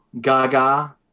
Gaga